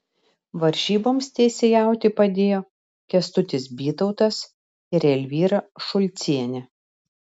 varžyboms teisėjauti padėjo kęstutis bytautas ir elvyra šulcienė